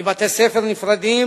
מבתי-ספר נפרדים